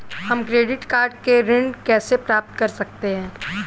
हम credit card से ऋण कैसे प्राप्त कर सकते हैं?